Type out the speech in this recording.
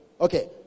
okay